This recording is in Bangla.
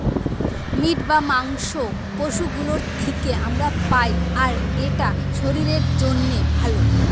মিট বা মাংস পশু গুলোর থিকে আমরা পাই আর এটা শরীরের জন্যে ভালো